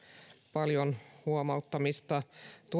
paljoa huomauttamista